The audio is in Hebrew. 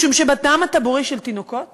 משום שבדם הטבורי של תינוקות